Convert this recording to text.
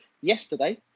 yesterday